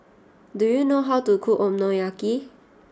do you know how to cook Okonomiyaki